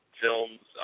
films